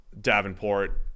Davenport